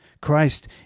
Christ